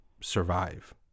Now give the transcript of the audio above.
survive